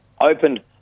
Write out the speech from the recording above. opened